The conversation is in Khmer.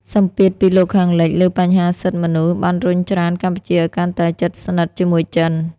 សម្ពាធពីលោកខាងលិចលើបញ្ហាសិទ្ធិមនុស្ស បានរុញច្រានកម្ពុជាឱ្យកាន់តែជិតស្និទ្ធជាមួយចិន។